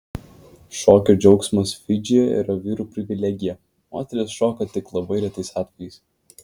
šokio džiaugsmas fidžyje yra vyrų privilegija moterys šoka tik labai retais atvejais